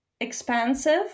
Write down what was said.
expensive